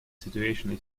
situation